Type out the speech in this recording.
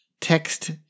text